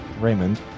Raymond